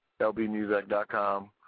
lbmusic.com